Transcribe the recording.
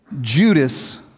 Judas